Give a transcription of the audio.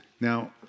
Now